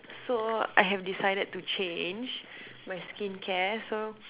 so I have decided to change my skincare so